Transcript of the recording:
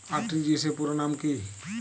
RTGS র পুরো নাম কি?